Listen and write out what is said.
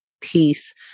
peace